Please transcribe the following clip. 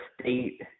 state